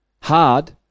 hard